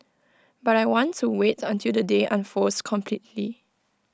but I want to wait until the day unfolds completely